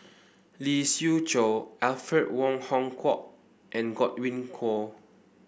Lee Siew Choh Alfred Wong Hong Kwok and Godwin Koay